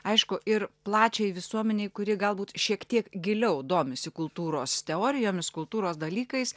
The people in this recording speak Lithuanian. aišku ir plačiajai visuomenei kuri galbūt šiek tiek giliau domisi kultūros teorijomis kultūros dalykais